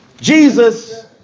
Jesus